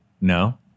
No